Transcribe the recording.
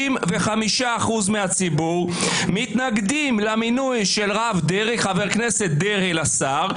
65% מהציבור מתנגדים למינוי של הרב חבר הכנסת דרעי לשר,